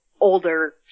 older